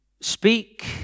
Speak